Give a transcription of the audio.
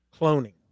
cloning